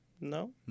No